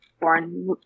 born